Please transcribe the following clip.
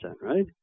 right